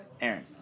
Aaron